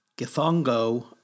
Githongo